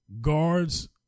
guards